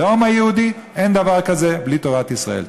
הלאום היהודי אין דבר כזה בלי תורת ישראל.